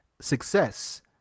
success